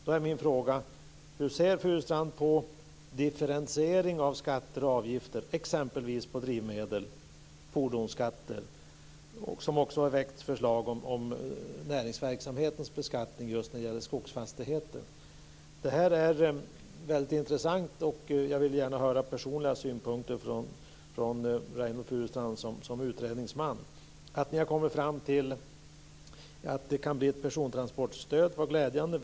Då är min fråga: Hur ser Furustrand på en differentiering av skatter och avgifter - exempelvis på drivmedel, dvs. en fordonsskatt. Det har ju väckts förslag om just näringsverksamheters beskattning när det gäller skogsfastigheter. Detta är väldigt intressant. Jag skulle gärna vilja höra några personliga synpunkter från Reynoldh Furustrand som utredningsman. Att ni har kommit fram till att det kan bli ett persontransportstöd är glädjande.